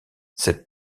cette